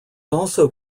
also